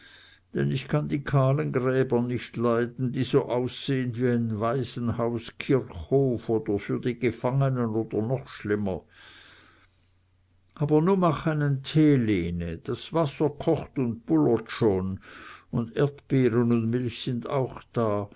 denn ich kann die kahlen gräber nich leiden die so aussehn wie n waisenhauskirchhof oder für die gefangenen oder noch schlimmer aber nu mach einen tee lene das wasser kocht un bullert schon un erdbeeren und milch sind auch da